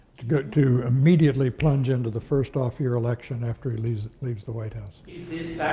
to get to immediately plunge into the first off-year election after he leaves leaves the white house. is